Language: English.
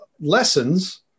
lessons